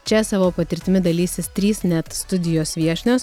čia savo patirtimi dalysis trys net studijos viešnios